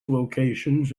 locations